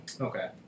Okay